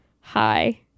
Hi